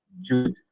Jude